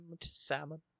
salmon